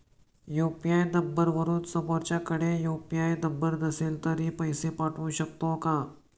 UPI नंबरवरून समोरच्याकडे UPI number नसेल तरी पैसे पाठवू शकते का?